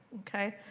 ok?